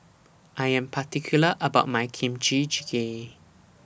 I Am particular about My Kimchi Jjigae